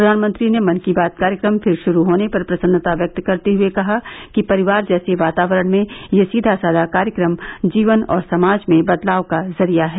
प्रधानमंत्री ने मन की बात कार्यक्रम फिर श्रू होने पर प्रसन्नता व्यक्त करते हुए कहा कि परिवार जैसे वातावरण में यह सीधा सादा कार्यक्रम जीवन और समाज में बदलाव का जरिया है